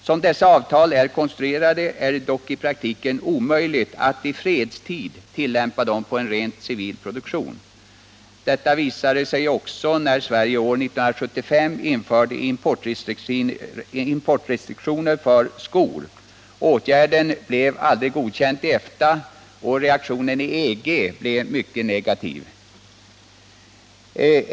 Som dessa avtal är konstruerade är det dock i praktiken omöjligt att i fredstid tillämpa dem på rent civil produktion. Detta visade sig också när Sverige år 1975 införde importrestriktioner för skor. Åtgärden blev aldrig godkänd i EFTA, och reaktionen i EG blev mycket negativ.